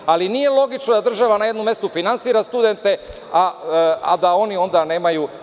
Ne znam, ali nije logično da država na jednom mestu finansira studente a da oni onda nemaju…